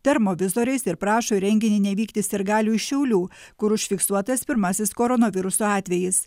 termovizoriais ir prašo į renginį nevykti sirgalių iš šiaulių kur užfiksuotas pirmasis koronaviruso atvejis